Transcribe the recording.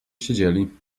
siedzieli